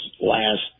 last